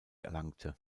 erlangte